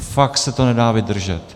Fakt se to nedá vydržet.